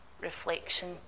reflection